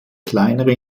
kleinere